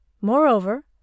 Moreover